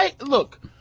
Look